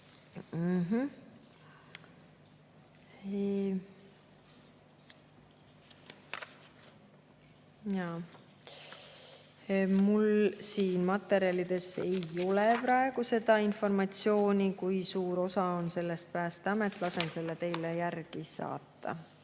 Mul siin materjalides ei ole praegu seda informatsiooni, kui suur on sellest Päästeameti osa. Lasen selle teile saata.